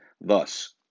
Thus